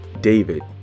David